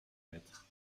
être